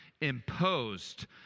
imposed